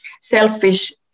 selfish